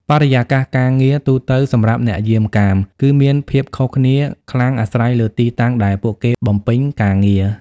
បរិយាកាសការងារទូទៅសម្រាប់អ្នកយាមកាម គឺមានភាពខុសគ្នាខ្លាំងអាស្រ័យលើទីតាំងដែលពួកគេបំពេញការងារ។